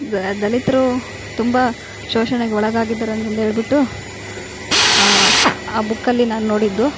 the ದಲಿತರು ತುಂಬ ಶೋಷಣೆಗೆ ಒಳಗಾಗಿದ್ದಾರೆ ಅಂದು ಅಂದು ಹೇಳ್ಬಿಟ್ಟು ಆ ಬುಕ್ ಅಲ್ಲಿ ನಾನು ನೋಡಿದ್ದು